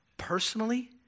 Personally